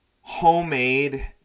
homemade